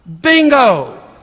Bingo